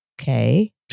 okay